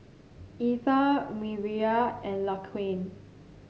Etha Mireya and Laquan